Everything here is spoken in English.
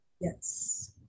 Yes